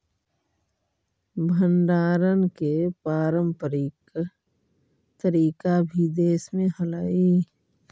भण्डारण के पारम्परिक तरीका भी देश में हलइ